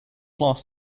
last